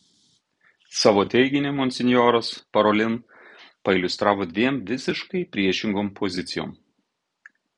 savo teiginį monsinjoras parolin pailiustravo dviem visiškai priešingom pozicijom